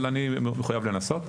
אבל אני מחויב לנסות.